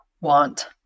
want